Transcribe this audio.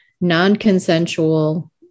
non-consensual